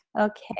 okay